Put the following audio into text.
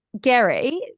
Gary